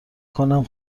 کنم